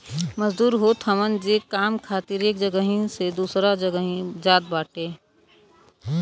मजदूर होत हवन जे काम खातिर एक जगही से दूसरा जगही जात बाटे